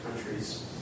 countries